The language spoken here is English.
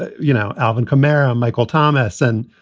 you know, alvin kamara, michael thomas and,